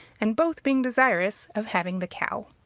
and both being desirous of having the cow.